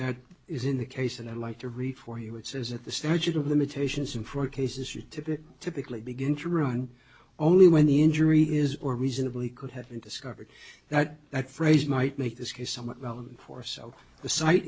that is in the case and i'd like to read for you it says that the statute of limitations and for cases you tip it typically begin to run only when the injury is or reasonably could have been discovered that that phrase might make this case somewhat relevant or so the site